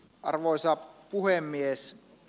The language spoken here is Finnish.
arvoisa puhemies